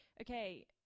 Okay